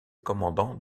commandant